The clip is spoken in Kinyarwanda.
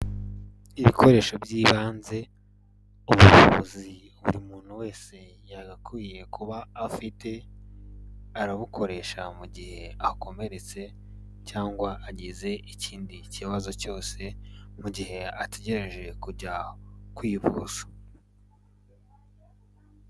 Ibikoresho by'ibanze mu buvuzi buri muntu wese yagakwiye kuba afite, arabukoresha mu gihe akomeretse, cyangwa agize ikindi kibazo cyose, mu gihe ategereje kujya kwivuza.